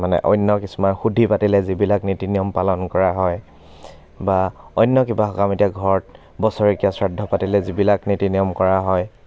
মানে অন্য় কিছুমান শুদ্ধি পাতিলে যিবিলাক নীতি নিয়ম পালন কৰা হয় বা অন্য় কিবা সকাম এতিয়া ঘৰত বছৰেকীয়া শ্ৰাদ্ধ পাতিলে যিবিলাক নীতি নিয়ম কৰা হয়